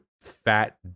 fat